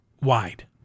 wide